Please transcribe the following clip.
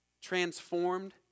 transformed